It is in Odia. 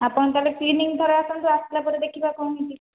ଆପଣ ତା'ହେଲେ କ୍ଲିନିକ ଥରେ ଆସନ୍ତୁ ଆସିବା ପରେ ଦେଖିବା କ'ଣ ହୋଇଛି